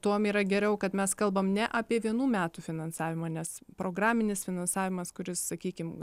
tuom yra geriau kad mes kalbam ne apie vienų metų finansavimą nes programinis finansavimas kuris sakykim